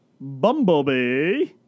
Bumblebee